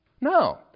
No